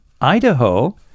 Idaho